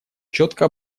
четко